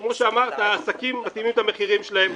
כמו שאמרת, העסקים מתאימים את המחירים שלהם.